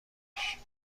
بکش